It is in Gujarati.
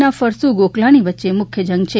ના ફરશું ગોકલાણી વચ્ચે મુખ્ય જંગ છે